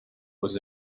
was